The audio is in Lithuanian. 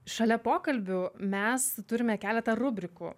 šalia pokalbių mes turime keletą rubrikų